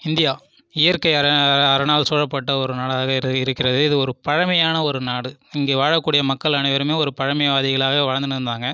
India இயற்கை அரணால் சூழப்பட்ட ஒரு நாடாக இருக்கிறது இது ஒரு பழமையான ஒரு நாடு இங்கே வாழக்கூடிய மக்கள் அனைவருமே ஒரு பழமைவாதிகளாக வாழ்ந்துன்னுருந்தாங்க